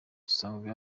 gisanzwe